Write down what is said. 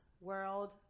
world